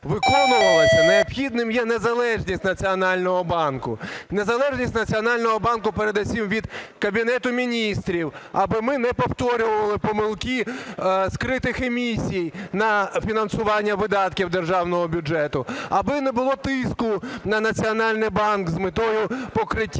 виконувалася, необхідною є незалежність Національного банку. Незалежність Національного банку передусім від Кабінету Міністрів, аби ми не повторювали помилки скритих емісій на фінансування видатків державного бюджету. Аби не було тиску на Національний банк з метою покриття